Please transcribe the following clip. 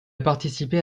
participé